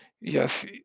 yes